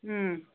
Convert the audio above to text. ꯎꯝ